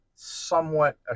somewhat